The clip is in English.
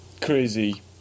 crazy